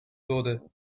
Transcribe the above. wurde